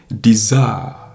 desire